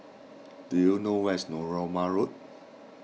do you know where is Narooma Road